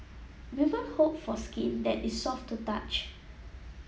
women hope for skin that is soft to touch